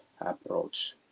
approach